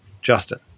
Justin